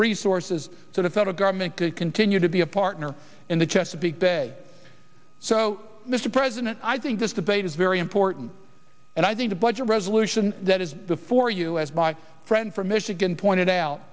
resources so the federal government could continue to be a partner in the chesapeake bay so mr president i think this debate is very important and i think the budget resolution that is before us my friend from michigan pointed out